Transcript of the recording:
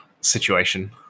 situation